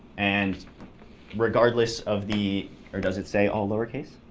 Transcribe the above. and regardless of the or does it say all lowercase?